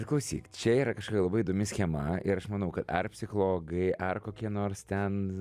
klausyk čia yra kažkokia labai įdomi schema ir aš manau kad ar psichologai ar kokie nors ten